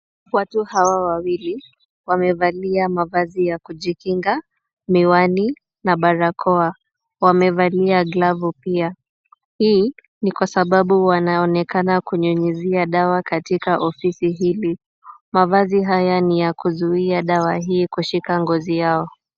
Watu hawa wawili, wamevalia mavazi ya kujikinga, miwani na barakoa. Wamevalia glavu pia. Hii, ni kwa sababu wanaonekana kunyunyizia dawa katika ofisi hizi. Mavazi haya ni ya kuzuia dawa hii kushika ngozi yao.